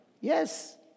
Yes